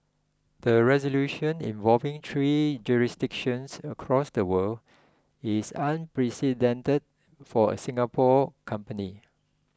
the resolution involving three jurisdictions across the world is unprecedented for a Singapore company